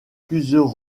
plusieurs